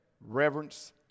reverence